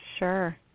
Sure